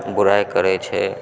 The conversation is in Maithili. बुराइ करै छै